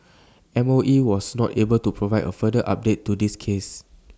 mOE was not able to provide A further update to this case